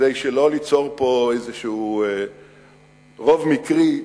כדי לא ליצור פה רוב מקרי.